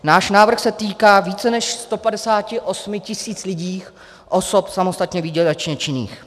Náš návrh se týká více než 158 tisíc lidí, osob samostatně výdělečně činných.